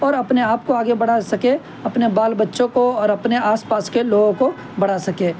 اور اپنے آپ کو آگے بڑھا سکے اپنے بال بچوں کو اور اپنے آس پاس کے لوگوں کو بڑھا سکے